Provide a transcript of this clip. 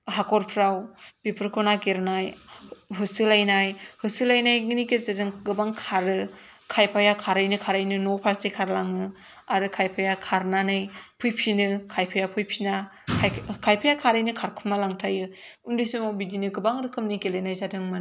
हाखरफोराव बेफोरखौ नागिरनाय होसोलायनाय होसोलायनायनि गेजेरजों गोबां खारो खायफाया खारैनो खारैनो न'फारसे खारलाङो आरो खायफाया खारनानै फैफिनो खायफाया फैफिना खायफाया थारैनो खारखुमा लांखायो उन्दै समाव बिदिनो गोबां रोखोमनि गेलेनाय जादोंमोन